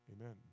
Amen